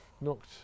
knocked